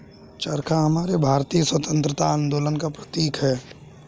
चरखा हमारे भारतीय स्वतंत्रता आंदोलन का प्रतीक है